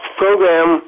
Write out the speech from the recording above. program